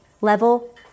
level